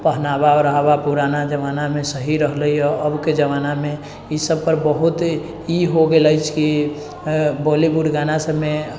पहनावा ओहरावा पुराना जमानामे सही रहलैए अबके जमानामे ईसब बहुत ई हो गेल अछि कि बॉलीवुड गाना सबमे